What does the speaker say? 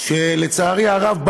לצערי הרב,